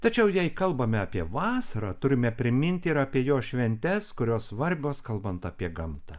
tačiau jei kalbame apie vasarą turime priminti ir apie jos šventes kurios svarbios kalbant apie gamtą